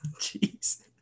Jesus